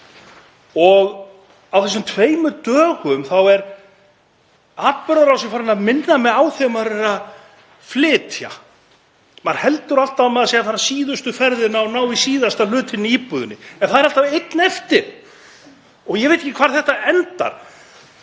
og á þessum tveimur dögum er atburðarásin farin að minna mig á þegar maður er að flytja. Maður heldur alltaf að maður sé að fara síðustu ferðina að ná í síðasta hlutinn í íbúðinni en það er alltaf einn eftir. Ég veit ekki hvar þetta endar.